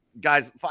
Guys